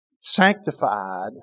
sanctified